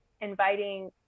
inviting